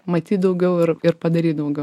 matyt daugiau ir ir padaryt daugiau